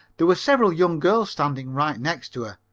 there were several young girls standing right next to her.